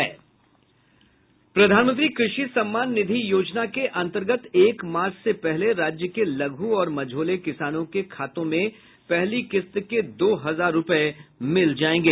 प्रधानमंत्री कृषि सम्मान निधि योजना के अन्तर्गत एक मार्च से पहले राज्य के लघु और मझौले किसानों के खाते में पहली किस्त के दो हजार रूपये मिल जायेंगे